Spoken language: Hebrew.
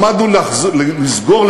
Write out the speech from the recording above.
עמדנו לסגור,